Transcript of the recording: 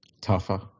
Tougher